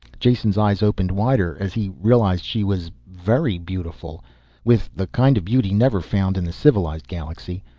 jason's eyes opened wider as he realized she was very beautiful with the kind of beauty never found in the civilized galaxy.